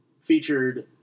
Featured